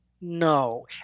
no